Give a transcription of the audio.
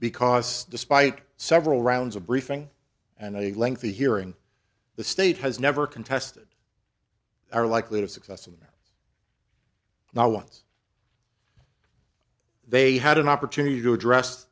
because despite several rounds of briefing and a lengthy hearing the state has never contested are likely to success and now once they had an opportunity to address